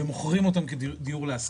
ומוכרים אותן כדיור להשכרה,